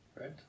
right